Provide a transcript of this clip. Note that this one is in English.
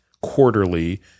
quarterly